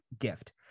gift